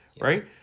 right